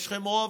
יש לכם רוב,